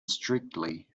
strictly